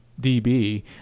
db